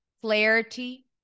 clarity